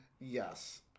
Yes